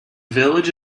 village